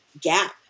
gap